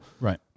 right